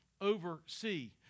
oversee